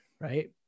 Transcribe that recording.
right